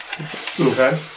Okay